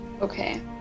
Okay